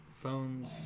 phones